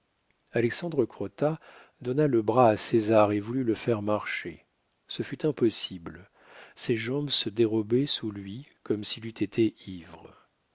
alexandre crottat donna le bras à césar et voulut le faire marcher ce fut impossible ses jambes se dérobaient sous lui comme s'il eût été ivre